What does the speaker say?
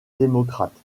démocrate